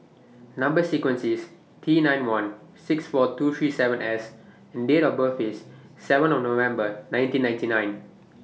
Number sequence IS T nine one six four two three seven S and Date of birth IS seven November nineteen ninety nine